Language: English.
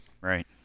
Right